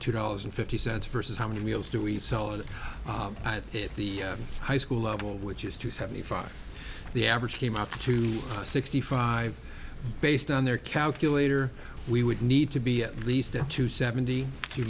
two dollars and fifty cents versus how many meals do we sell it at the high school level which is to seventy five the average came out to sixty five based on their calculator we would need to be at least up to seventy